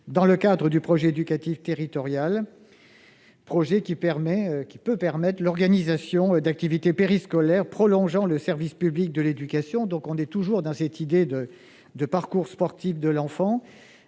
dans le cadre du projet éducatif territorial, lequel permet l'organisation d'activités périscolaires prolongeant le service public de l'éducation. Il s'agit toujours de donner corps à l'idée de parcours sportif de l'enfant